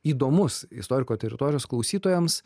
įdomus istoriko teritorijos klausytojams